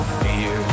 fear